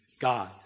God